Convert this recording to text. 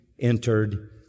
entered